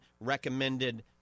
recommended